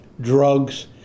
drugs